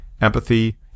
empathy